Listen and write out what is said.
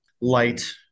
light